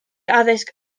addysg